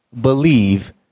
believe